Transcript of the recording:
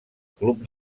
club